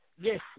yes